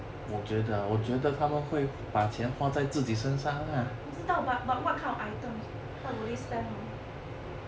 我知道 but but what kind of items what would they spend on